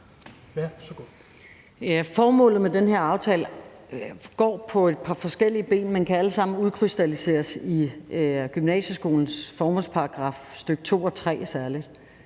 Formålet med den her aftale går på flere ben, men de kan alle sammen særlig udkrystalliseres i gymnasielovens formålsparagraf stk. 2 og 3.